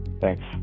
Thanks